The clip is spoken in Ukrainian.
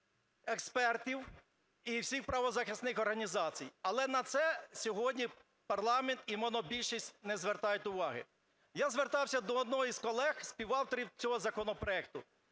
експертів і всіх правозахисних організацій. Але на це сьогодні парламент і монобільшість не звертають уваги. Я звертався до одної з колег співавторів цього законопроекту.